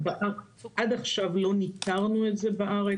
עד עכשיו לא ניטרנו את זה בארץ,